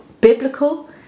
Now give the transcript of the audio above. biblical